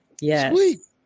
yes